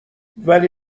ولی